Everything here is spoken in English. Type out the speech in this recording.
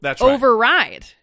override